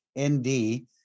ND